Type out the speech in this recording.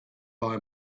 buy